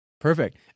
Perfect